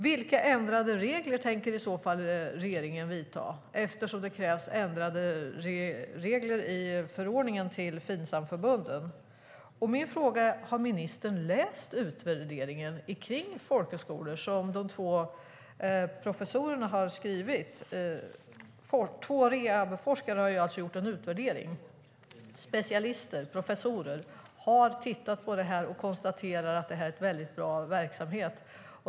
Vilka regeländringar tänker i så fall regeringen göra, eftersom det krävs en ändring av regler i förordningen till Finsamförbunden? Min fråga till ministern är: Har ministern läst utvärderingen om folkhögskolorna som två professorer har gjort? Det är två rehabforskare, specialister, som alltså har gjort en utvärdering. De har tittat på detta och konstaterar att det är en väldigt bra verksamhet.